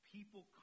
People